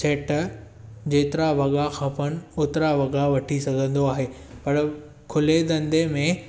set जेतिरा वॻा खपनि ओतिरा वॻा वठी सघंदो आहे पर खुले धंदे में